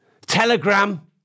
Telegram